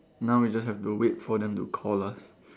now we just have to wait for them to call us